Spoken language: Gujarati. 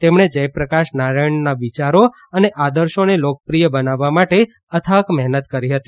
તેમણે જયપ્રકાશ નારાયણના વિચારો અને આદર્શોનો લોકપ્રિય બનાવવા માટે અથાક મહેનત કરી હતી